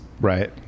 Right